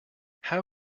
how